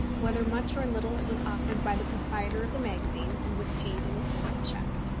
whether much or little, it was offered by the proprietor of the magazine, and was paid in a single cheque.